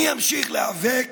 אני אמשיך להיאבק